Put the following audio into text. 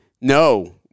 No